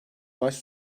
yavaş